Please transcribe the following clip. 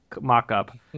mock-up